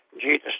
Jesus